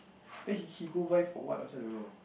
then he he go buy for what also I don't know